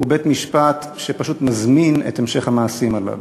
הוא בית-משפט שפשוט מזמין את המשך המעשים הללו.